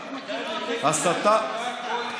אי-אמון.